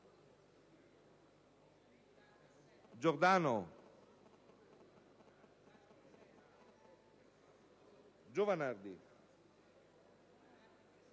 Giordano, Giovanardi,